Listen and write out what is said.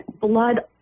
blood